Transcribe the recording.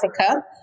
africa